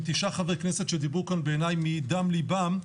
תשעה חברי כנסת שדיברו כאן בעיניי מדם ליבם,